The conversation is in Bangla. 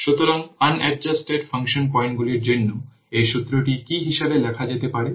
সুতরাং আনএডজাস্টটেড ফাংশন পয়েন্টগুলির জন্য এই সূত্রটি কী হিসাবে লেখা যেতে পারে